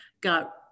got